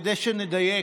כדי שנדייק,